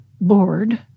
board